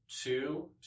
Two